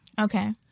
Okay